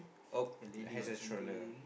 oh has a trawler